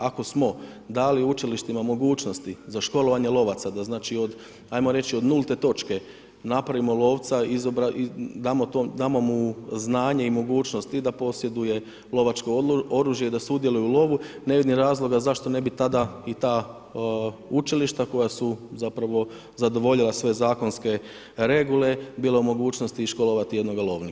Ako smo dali učilištima mogućnosti za školovanje lovaca, da ajmo reći od nulte točke napravimo lovca, damo mu znanje i mogućnosti da posjeduje lovačko oružje i da sudjeluje u lovu, ne vidim razloga zašto ne bi tada i ta učilišta koja su zapravo zadovoljila sve zakonske regule, bila u mogućnosti i školovati jednoga lovnika.